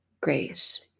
grace